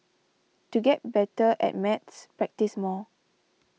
to get better at maths practise more